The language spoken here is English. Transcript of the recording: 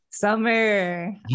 Summer